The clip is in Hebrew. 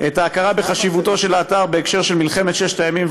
את הקרקעות המתפנות מהתעשייה המזוהמת אפשר לנצל למגורים,